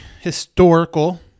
historical